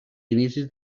inicis